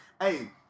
Hey